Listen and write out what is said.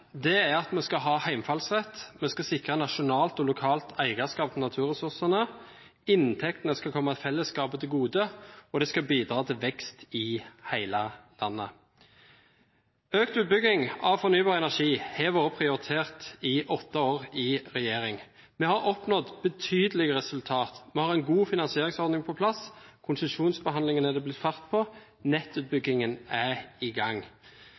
energipolitikken er heimfallsretten: Vi skal sikre nasjonalt og lokalt eierskap til naturressursene, inntektene skal komme fellesskapet til gode, og det skal bidra til vekst i hele landet. Økt utbygging av fornybar energi har vært prioritert i åtte år i regjering, og vi har oppnådd betydelige resultater: Vi har en god finansieringsordning på plass, konsesjonsbehandlingene er det blitt fart på, og nettutbyggingen er i gang.